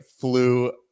flew